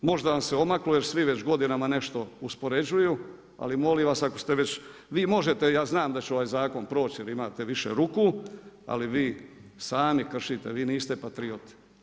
Možda vam se omaklo jer svi već godinama nešto uspoređuju, ali molim vas, ako ste vi već, vi možete, ja znam da će ovaj zakon proći, jer imate više ruku, ali vi sami kršite, vi niste patrijot.